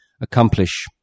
accomplish